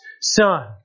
Son